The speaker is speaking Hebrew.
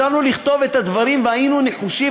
ישבנו לכתוב את הדברים, והיינו נחושים.